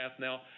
now